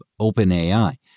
OpenAI